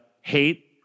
hate